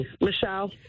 Michelle